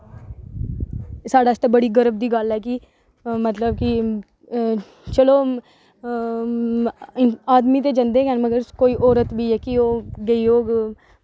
एह् साढ़े आस्तै बड़े गर्व दी गल्ल ऐ कि मतलब कि चलो आदमी ते जंदे गै न मगर कोई औरत बी ऐ जेह्की ओह् गेई होग